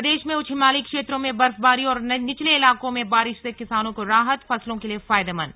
प्रदेश में उच्च हिमालयी क्षेत्रों में बर्फबारी और निचले इलाकों में बारिश से किसानों को राहत फसलों के लिए फायदेमंद